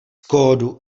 kódu